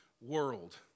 world